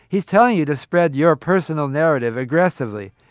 he's telling you to spread your personal narrative aggressively,